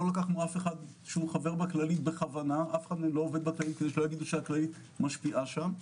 לא לקחנו אף אחד שהוא חבר בכללית בכוונה שלא יגידו שהיא משפיעה שם.